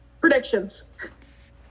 predictions